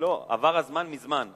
עבר הזמן מזמן.